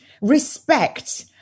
respect